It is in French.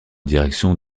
direction